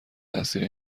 تاثیر